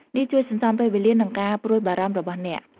នេះជួយសន្សំពេលវេលា និងការព្រួយបារម្ភរបស់អ្នក។